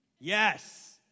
Yes